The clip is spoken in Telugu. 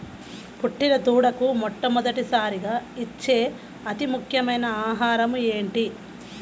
పుట్టిన దూడకు మొట్టమొదటిసారిగా ఇచ్చే అతి ముఖ్యమైన ఆహారము ఏంటి?